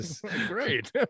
great